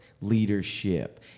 leadership